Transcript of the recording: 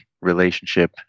relationship